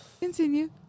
Continue